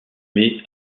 mai